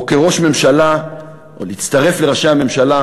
או להצטרף לראשי הממשלה,